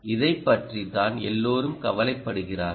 இதைப் பற்றித்தான் எல்லோரும் கவலைப்படுகிறார்கள்